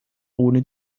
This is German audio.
ohne